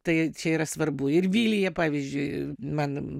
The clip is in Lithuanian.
tai čia yra svarbu ir vilija pavyzdžiui man